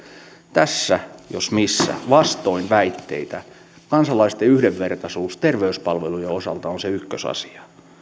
tässä jos missä vastoin väitteitä kansalaisten yhdenvertaisuus terveyspalveluiden osalta on se ykkösasia